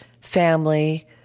family